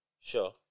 Sure